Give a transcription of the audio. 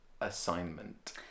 assignment